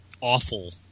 awful